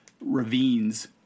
ravines